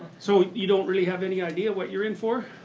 so you don't really have any idea what you're in for?